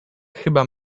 chyba